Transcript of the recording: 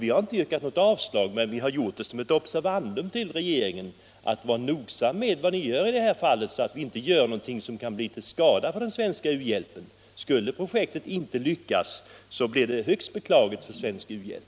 Vi har inte yrkat avslag på projektet utan har utformat vår skrivning som ett observandum till regeringen att vara noga med sina åtgärder i detta fall, så att den inte gör något som kan bli till skada för den svenska u-hjälpen. Skulle projektet inte lyckas, blir det högst beklagligt för svensk u-hjälp.